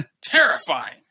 Terrifying